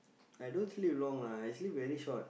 I don't sleep long lah I sleep very short